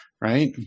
right